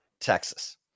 texas